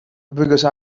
because